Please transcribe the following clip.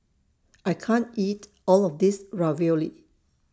I can't eat All of This Ravioli